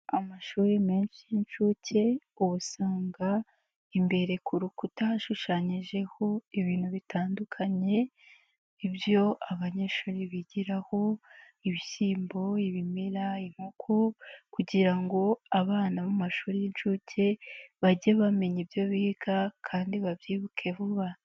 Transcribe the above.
Amashuri menshi y'inshuke ubu usanga imbere ku rukuta yashushanyijeho ibintu bitandukanye, ibyo abanyeshuri bigiraho, ibishyimbo, ibimera, inkoko kugira ngo abana b'amashuri y'inshuke bajye bamenya ibyo biga kandi babyibuke vuba.